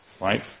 Right